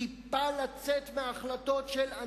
טיפה לצאת מההחלטות של,